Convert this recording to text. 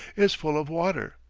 is full of water,